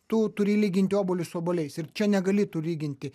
tu turi lyginti obuolius su obuoliais ir čia negali tu lyginti